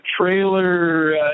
trailer